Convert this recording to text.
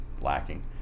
lacking